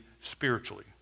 spiritually